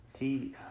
TV